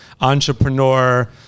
entrepreneur